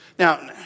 Now